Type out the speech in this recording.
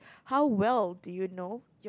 how well do you know